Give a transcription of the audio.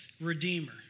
redeemer